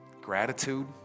gratitude